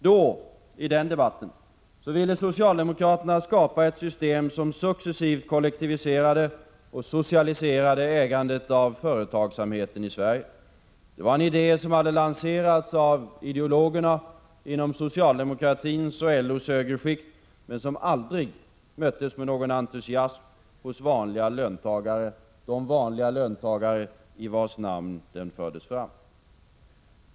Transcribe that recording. Då, i den debatten, ville socialdemokraterna skapa ett system som successivt kollektiviserade och socialiserade ägandet till företagsamheten i Sverige. Det var en idé som lanserats av ideologer inom socialdemokratins och LO:s högre skikt, men som aldrig möttes med en entusiasm hos de 15 vanliga löntagarna i vars namn den fördes fram.